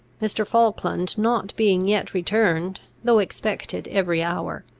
mr. falkland not being yet returned, though expected every hour,